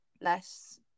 Less